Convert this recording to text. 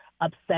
upset